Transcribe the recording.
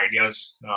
ideas